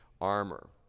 armor